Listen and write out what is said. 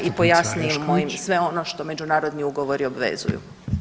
i pojasnimo im sve ono što međunarodni ugovori obvezuju?